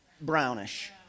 brownish